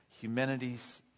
Humanity's